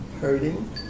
hurting